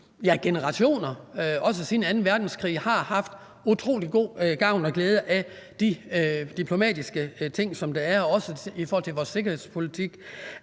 i generationer, også siden anden verdenskrig, har haft utrolig god gavn og glæde af de diplomatiske ting, som der er, også i forhold til vores sikkerhedspolitik,